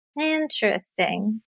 interesting